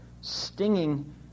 stinging